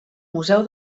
museu